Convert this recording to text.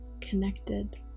connected